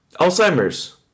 Alzheimer's